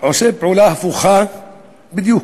עושה פעולה הפוכה בדיוק: